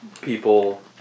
people